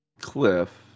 cliff